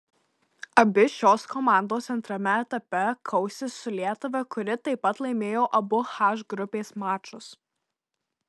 abi šios komandos antrame etape kausis su lietuva kuri taip pat laimėjo abu h grupės mačus